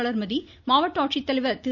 வளர்மதி மாவட்ட ஆட்சித்தலைவர் திரு